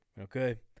Okay